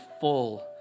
full